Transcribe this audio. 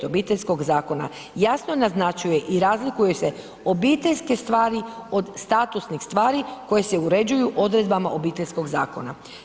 Obiteljskog zakona jasno naznačuje i razlikuje se obiteljske stvari od statusnih stvari koje se uređuju odredbama Obiteljskoga zakona.